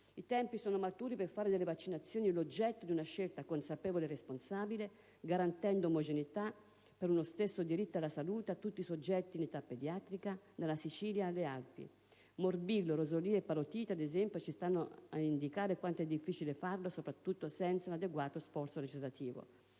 i tempi sono maturi per fare delle vaccinazioni l'oggetto di una scelta consapevole e responsabile, garantendo omogeneità per uno stesso diritto alla salute a tutti i soggetti in età pediatrica, dalla Sicilia alle Alpi. Morbillo, rosolia e parotite, ad esempio, ci stanno a indicare quanto è difficile farlo, soprattutto senza un adeguato sforzo legislativo.